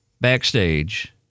backstage